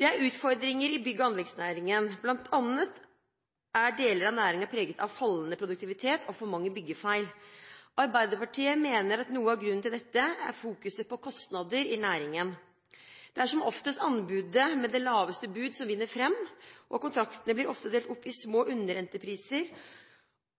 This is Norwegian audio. Det er utfordringer i bygg- og anleggsnæringen, bl.a. er deler av næringen preget av fallende produktivitet og for mange byggefeil. Arbeiderpartiet mener at noe av grunnen til dette er fokuset på kostnader i næringen. Det er som oftest anbudet med det laveste budet som vinner fram. Kontraktene blir ofte delt opp i små underentrepriser,